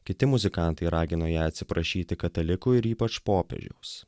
kiti muzikantai ragino ją atsiprašyti katalikų ir ypač popiežiaus